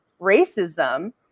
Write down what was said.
racism